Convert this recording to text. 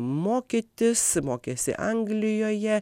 mokytis mokėsi anglijoje